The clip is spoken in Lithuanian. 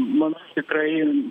man tikrai